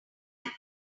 like